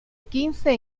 quince